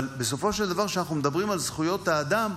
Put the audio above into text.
אבל בסופו של דבר, כשאנחנו מדברים על זכויות האדם,